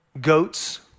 goats